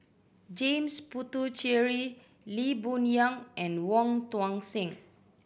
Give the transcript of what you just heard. James Puthucheary Lee Boon Yang and Wong Tuang Seng